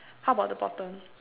how about the bottom